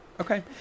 Okay